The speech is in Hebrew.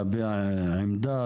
להביע עמדה,